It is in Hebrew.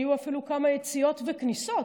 יהיו אפילו כמה יציאות וכניסות,